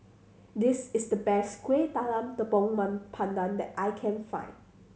this is the best Kuih Talam tepong pandan that I can find